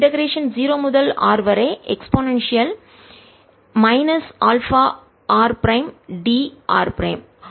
integration ஒருங்கிணைத்தல் 0 முதல் r வரை e αr d r prime